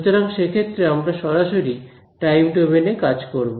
সুতরাং সে ক্ষেত্রে আমরা সরাসরি টাইম ডোমেন এ কাজ করব